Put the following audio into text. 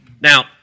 Now